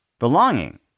Belonging